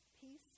peace